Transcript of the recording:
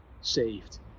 saved